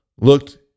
looked